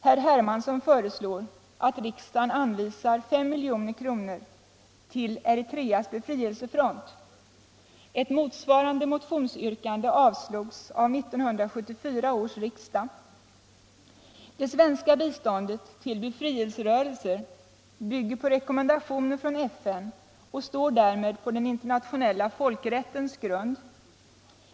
Herr Hermansson föreslår att riksdagen anvisar 5 milj.kr. till Eritreas befrielsefront. Ett motsvarande motionsyrkande avslogs av 1974 års riksdag. Det svenska biståndet till befrielserörelser bygger på rekommendationer från FN och står därmed på den internationella folkrättens grund.